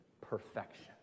Perfection